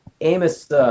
Amos